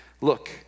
Look